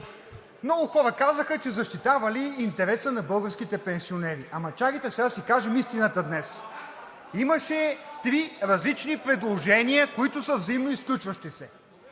много хора казаха, че защитавали интереса на българските пенсионери. Ама, чакайте сега да си кажем истината днес! Имаше три различни предложения, които са взаимно изключващи се.